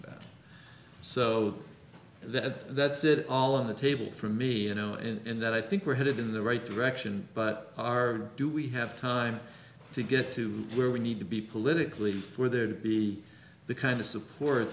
about so that that's it all on the table for me you know and that i think we're headed in the right direction but are do we have time to get to where we need to be politically for there to be the kind of support